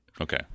Okay